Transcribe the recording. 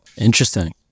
Interesting